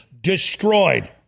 destroyed